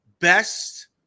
Best